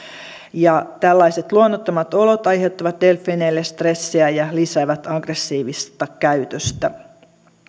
tällaiset luonnottomat olot aiheuttavat delfiineille stressiä ja lisäävät aggressiivista käytöstä